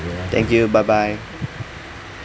thank you bye bye